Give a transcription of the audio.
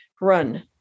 run